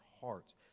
hearts